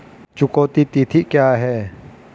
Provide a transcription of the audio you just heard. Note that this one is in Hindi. चुकौती तिथि क्या है?